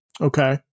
okay